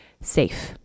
safe